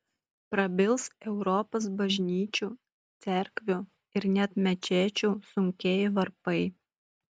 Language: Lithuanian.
prabils europos bažnyčių cerkvių ir net mečečių sunkieji varpai